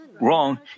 wrong